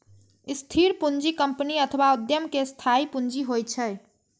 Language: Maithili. स्थिर पूंजी कंपनी अथवा उद्यम के स्थायी पूंजी होइ छै